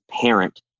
parent